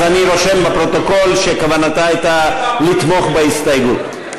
אז אני רושם בפרוטוקול שכוונתה הייתה לתמוך בהסתייגות.